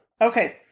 Okay